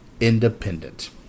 independent